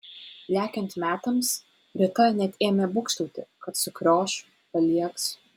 lekiant metams rita net ėmė būgštauti kad sukrioš paliegs